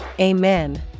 Amen